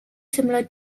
similar